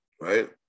right